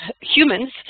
humans